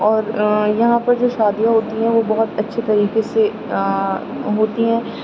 اور یہاں پر جو شادیاں ہوتی ہیں تو بہت اچھے طریقے سے ہوتی ہیں